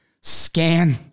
scan